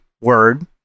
word